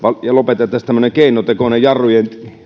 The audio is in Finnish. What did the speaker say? ja lopetettaisiin tämmöinen keinotekoinen jarrujen